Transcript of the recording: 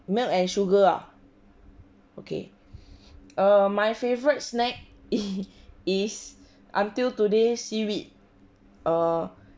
milk and sugar ah okay err my favorite snack is until today seaweed err